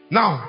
now